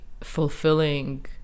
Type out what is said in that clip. fulfilling